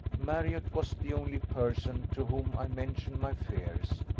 marriott was the only person to whom i mentioned my fears,